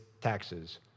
taxes